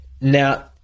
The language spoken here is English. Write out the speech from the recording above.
Now